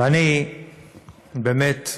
ואני באמת,